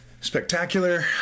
spectacular